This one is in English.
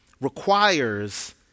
requires